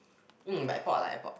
mm but airport lah airport